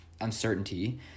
uncertainty